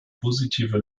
positive